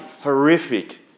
horrific